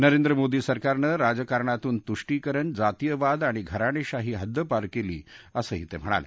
नरेंद्र मोदी सरकारनं राजकारणातून तुष्टीकरण जातीयवाद आणि घराणेशाही हद्दपार केलं असंही ते म्हणाले